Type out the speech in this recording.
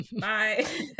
bye